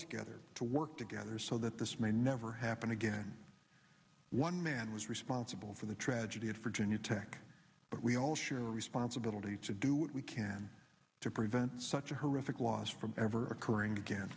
together to work together so that this may never happen again one man was responsible for the tragedy at virginia tech but we all sure responsibility to do what we can to prevent such a horrific loss from ever occurring again